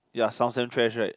ya sounds damn trash right